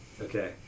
Okay